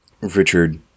Richard